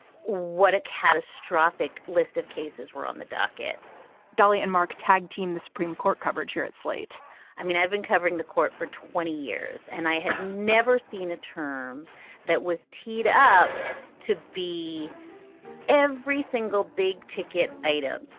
what a catastrophic list of cases were on the docket dolly and mark tag team, the supreme court coverage here at slate i mean, i've been covering the court for twenty years, and i had never seen a term that was teed up to be every single big ticket item.